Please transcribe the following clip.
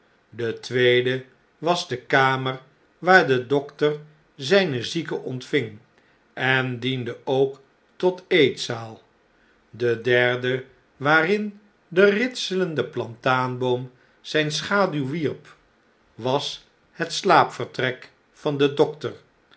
de tweede was de kamer waar de dokter zpe zieken ontving en diende ook tot eetzaal de derde waarin de ritselende plataanboom zp schaduw wierp was het slaapvertrek van den dokter